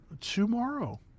tomorrow